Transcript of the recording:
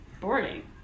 boarding